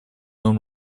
норм